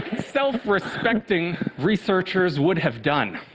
self-respecting researchers would have done.